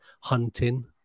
hunting